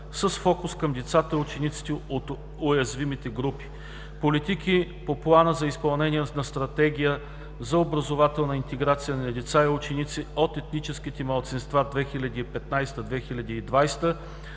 с фокус към децата и учениците от уязвимите групи; - политики по Плана за изпълнение на Стратегията за образователна интеграция на деца и ученици от етническите малцинства (2015 – 2020 г.)